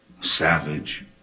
savage